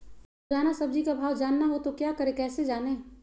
रोजाना सब्जी का भाव जानना हो तो क्या करें कैसे जाने?